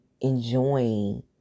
enjoying